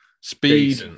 speed